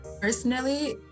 Personally